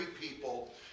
people